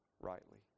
rightly